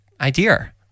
idea